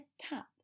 tap